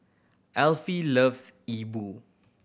Elfie loves E Bu